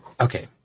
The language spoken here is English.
okay